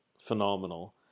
phenomenal